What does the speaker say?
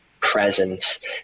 presence